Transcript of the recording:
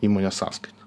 įmonės sąskaitą